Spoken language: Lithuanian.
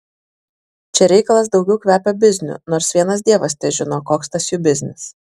čia reikalas daugiau kvepia bizniu nors vienas dievas težino koks tas jų biznis